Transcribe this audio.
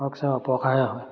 অথচ অপকাৰে হয়